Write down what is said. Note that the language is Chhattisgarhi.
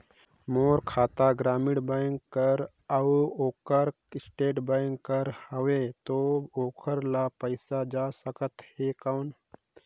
मोर खाता ग्रामीण बैंक कर अउ ओकर स्टेट बैंक कर हावेय तो ओकर ला पइसा जा सकत हे कौन?